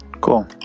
Cool